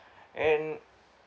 and